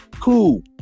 Cool